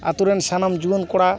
ᱟᱛᱳ ᱨᱮᱱ ᱥᱟᱱᱟᱢ ᱡᱩᱣᱟᱹᱱ ᱠᱚᱲᱟ